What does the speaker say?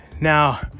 Now